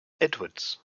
edwards